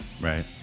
Right